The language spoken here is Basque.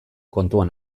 kontuan